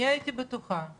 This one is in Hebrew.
אני הייתי בטוחה,